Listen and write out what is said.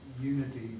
unity